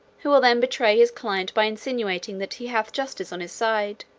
who will then betray his client by insinuating that he hath justice on his side.